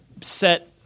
set